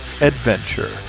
Adventure